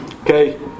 okay